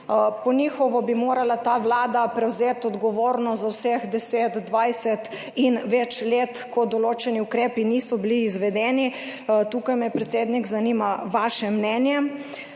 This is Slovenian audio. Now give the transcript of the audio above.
Po njihovem bi morala ta vlada prevzeti odgovornost za vseh 10, 20 in več let, ko določeni ukrepi niso bili izvedeni. Tukaj me, predsednik, zanima vaše mnenje.